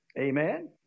Amen